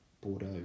Bordeaux